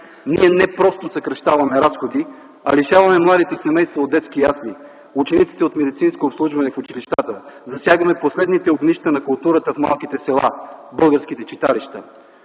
ние не просто съкращаваме разходи, а лишаваме младите семейства от детски ясли, учениците – от медицинско обслужване в училищата, загасяме последни огнища на културата в малките села – българските читалища.